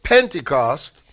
Pentecost，